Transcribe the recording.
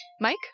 Mike